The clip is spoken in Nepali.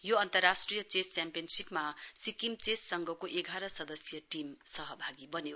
यो अन्तरराष्ट्रिय चेस च्याम्पियनशीपमा सिक्किम चेस संघको एघार सदस्यीय टीम सहभागी बन्यो